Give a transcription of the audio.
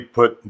put